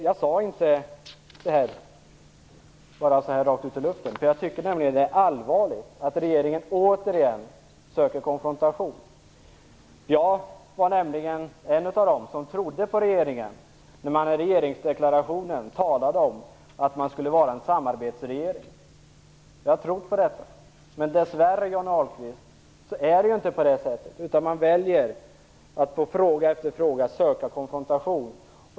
Jag sade inte detta bara rakt ut i luften. Jag tycker nämligen att det är allvarligt att regeringen återigen söker konfrontation. Jag var en av dem som trodde på regeringen när den i regeringsdeklarationen talade om att den skulle vara en samarbetsregering. Jag tror på detta. Men dessvärre, Johnny Ahlqvist, är det inte på det sättet. Regeringen väljer att i fråga efter fråga söka konfrontation.